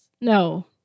No